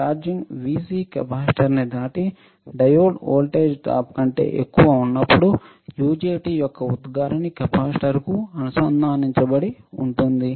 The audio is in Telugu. ఛార్జింగ్ వోల్టేజ్ VC కెపాసిటర్ ని దాటి డయోడ్ వోల్టేజ్ డ్రాప్ కంటే ఎక్కువ ఉన్నప్పుడు యుజెటి యొక్క ఉద్గారిణి కెపాసిటర్కు అనుసంధానించబడి ఉంటుంది